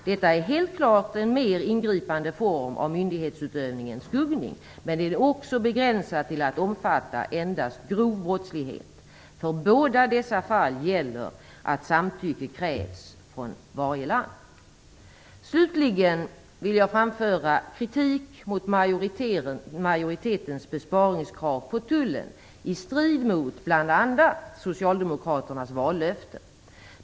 Detta är helt klart en mer ingripande form av myndighetsutövning än skuggning, men den är också begränsad till att omfatta endast grov brottslighet. För båda dessa fall gäller att samtycke krävs från varje land. Slutligen vill jag framföra kritik mot majoritetens besparingskrav på tullen, i strid med bl.a. Socialdemokraternas vallöften.